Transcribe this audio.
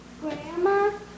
grandma